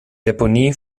deponie